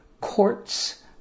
Courts